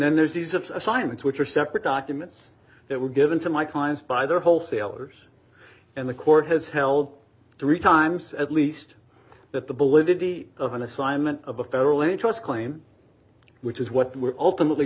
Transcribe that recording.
then there's these assignments which are separate documents that were given to my clients by their wholesalers and the court has held three times at least that the validity of an assignment of a federal interest claim which is what we're ultimately